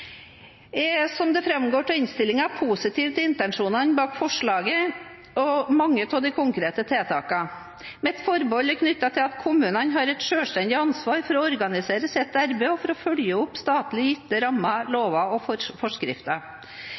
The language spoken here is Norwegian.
som det framgår av innstillingen, positiv til intensjonene bak forslaget og til mange av de konkrete tiltakene. Mitt forbehold er knyttet til at kommunene har et selvstendig ansvar for å organisere sitt arbeid og for å følge opp statlig gitte rammer, lover og forskrifter.